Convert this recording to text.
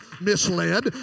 misled